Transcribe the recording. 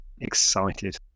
excited